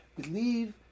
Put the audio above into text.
believe